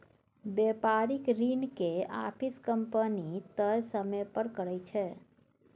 बेपारिक ऋण के आपिस कंपनी तय समय पर करै छै